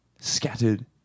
Scattered